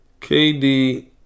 KD